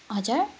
हजुर